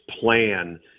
plan